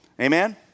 Amen